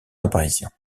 apparition